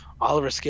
Oliver